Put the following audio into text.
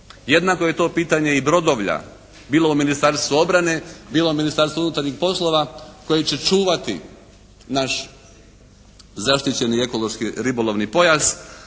Jednako je to pitanje i brodovlja bilo u Ministarstvu obrane bilo Ministarstvu unutarnjih poslova koji će čuvati naš zaštićeni ekološki ribolovni pojas